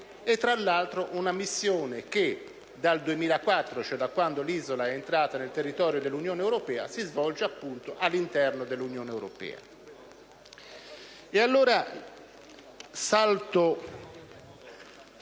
tra l'altro una missione che dal 2004, cioè da quando l'isola è entrata nel territorio dell'Unione europea, si svolge appunto all'interno dell'Unione europea.